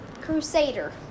crusader